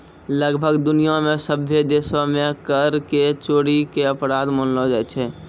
लगभग दुनिया मे सभ्भे देशो मे कर के चोरी के अपराध मानलो जाय छै